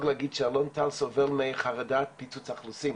להגיד שאלון טל סובל מחרדת פיצוץ אוכלוסין.